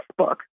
Facebook